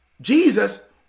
Jesus